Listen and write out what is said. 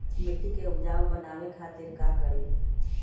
मिट्टी के उपजाऊ बनावे खातिर का करी?